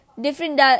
different